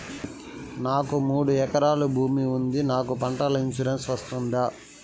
నాకు మూడు ఎకరాలు భూమి ఉంది నాకు పంటల ఇన్సూరెన్సు వస్తుందా?